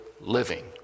living